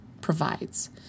provides